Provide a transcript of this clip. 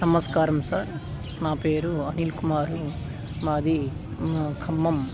నమస్కారం సార్ నా పేరు అనిల్ కుమారు మాది ఖమ్మం